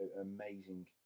amazing